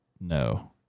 No